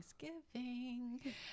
Thanksgiving